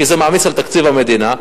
כי זה מעמיס על תקציב המדינה.